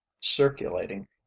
circulating